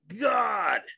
God